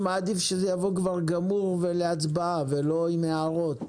אני מעדיף שזה יבוא כבר גמור ולהצבעה ולא יהיו הערות.